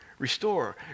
Restore